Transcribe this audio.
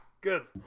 good